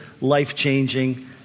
life-changing